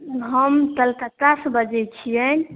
हम तलतत्तासँ बजै छियै